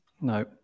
No